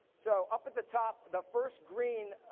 so, up at the top, the first green,